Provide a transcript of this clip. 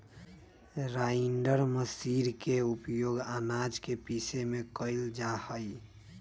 grinder machine के उपयोग आनाज के पीसे में कइल जाहई